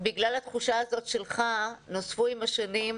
בגלל התחושה הזאת שלך, נוצרו עם השנים,